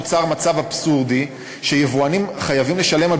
נוצר מצב אבסורדי שיבואנים חייבים לשלם עבור